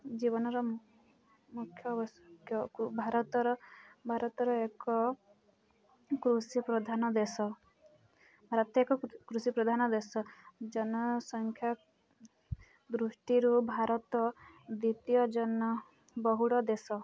ଜୀବନର ମୁଖ୍ୟ ଭାରତର ଭାରତର ଏକ କୃଷି ପ୍ରଧାନ ଦେଶ ଭାରତ ଏକ କୃଷି ପ୍ରଧାନ ଦେଶ ଜନସଂଖ୍ୟା ଦୃଷ୍ଟିରୁ ଭାରତ ଦ୍ୱିତୀୟ ଜନବହୁଳ ଦେଶ